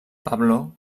pablo